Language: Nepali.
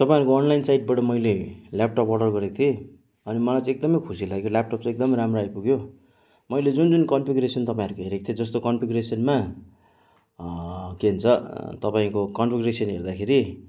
तपाईँहरूको अनलाइन साइटबाट मैले ल्यापटप अर्डर गरेको थिएँ अनि मलाई चाहिँ एकदमै खुसी लाग्यो ल्यापटप चाहिँ एकदमै राम्रो आइपुग्यो मैले जुन जुन कन्फ्युगुरेसन तपाईँहरूको हेरेको थिएँ जस्तो कन्फ्युगुरेसनमा के भन्छ तपाईँको कन्फ्युगुरेसन हेर्दाखेरि